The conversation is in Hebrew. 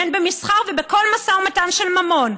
הן במסחר הן בכל משא ומתן של ממון,